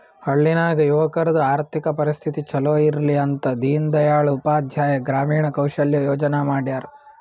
ಹಳ್ಳಿ ನಾಗ್ ಯುವಕರದು ಆರ್ಥಿಕ ಪರಿಸ್ಥಿತಿ ಛಲೋ ಇರ್ಲಿ ಅಂತ ದೀನ್ ದಯಾಳ್ ಉಪಾಧ್ಯಾಯ ಗ್ರಾಮೀಣ ಕೌಶಲ್ಯ ಯೋಜನಾ ಮಾಡ್ಯಾರ್